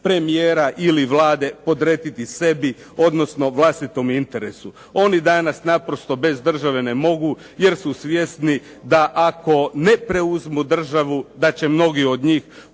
premijera, ili Vlade, podrediti sebi, odnosno vlastitom interesu. Oni danas naprosto bez države ne mogu, jer su svjesni da ako ne preuzmu državu, da će mnogi od njih,